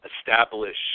establish